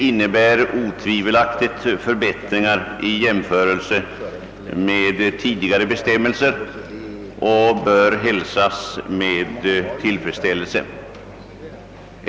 Dessa förbättringar bör hälsas med tillfredsställelse.